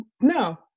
No